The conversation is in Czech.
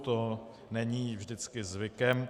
To není vždycky zvykem.